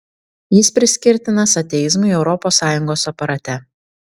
jis priskirtinas ateizmui europos sąjungos aparate